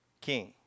king